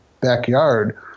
backyard